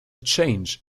change